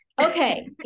Okay